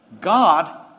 God